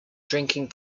drinking